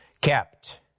Kept